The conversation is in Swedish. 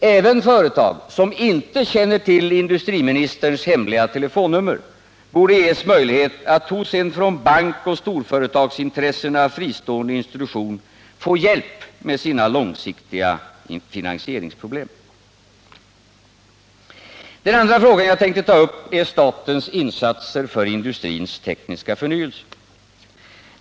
Även företag som inte känner till industriministerns hemliga telefonnummer borde ges möjlighet att hos en från bankoch storföretagsintressena fristående institution få hjälp med sina långsiktiga finansieringsproblem. Den andra frågan jag tänkte ta upp är statens insatser för industrins tekniska förnyelse.